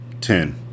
Ten